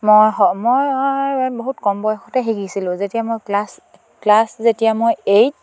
মই মই বহুত কম বয়সতে শিকিছিলোঁ যেতিয়া মই ক্লাছ ক্লাছ যেতিয়া মই এইট